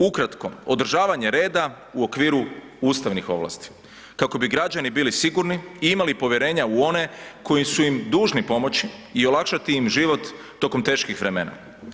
Ukratko, održavanje reda u okviru ustavnih ovlasti kako bi građani bili sigurni i imali povjerenja u one koji su im dužni pomoći i olakšati im život tokom teškim vremena.